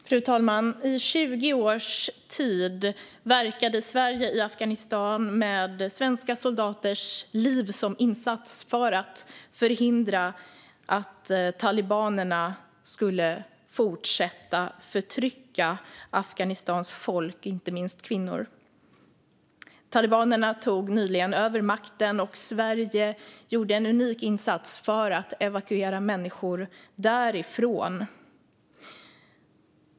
Fru talman! I 20 års tid verkade Sverige i Afghanistan med svenska soldaters liv som insats för att förhindra att talibanerna skulle fortsätta att förtrycka Afghanistans folk, inte minst kvinnorna. Men talibanerna tog nyligen över makten, och Sverige gjorde då en unik insats för att evakuera människor därifrån.